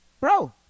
bro